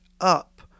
up